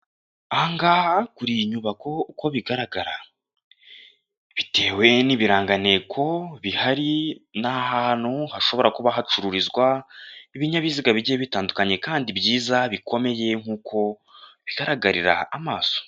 Aha ngaha kuri iyi nyubako uko bigaragara, bitewe n'ibirangantego bihari, ni ahantu hashobora kuba hacururizwa ibinyabiziga bigiye bitandukanye kandi byiza bikomeye nk'uko bigaragarira amaso.